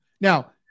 Now